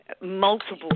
multiple